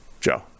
Joe